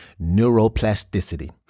neuroplasticity